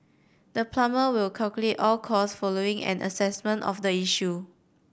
the plumber will calculate all costs following an assessment of the issue